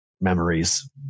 memories